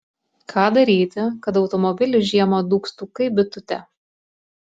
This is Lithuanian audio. ką daryti kad automobilis žiemą dūgztų kaip bitutė